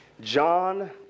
John